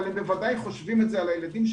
אבל הם בוודאי חושבים את זה על הילדים שלהם,